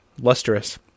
lustrous